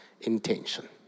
intention